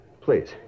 Please